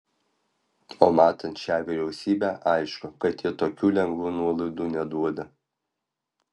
o matant šią vyriausybę aišku kad jie tokių lengvų nuolaidų neduoda